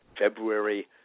February